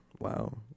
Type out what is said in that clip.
wow